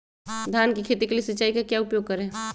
धान की खेती के लिए सिंचाई का क्या उपयोग करें?